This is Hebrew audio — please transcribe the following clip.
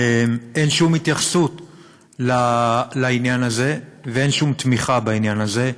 אין שום התייחסות לעניין הזה ואין שום תמיכה בעניין הזה.